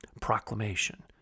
proclamation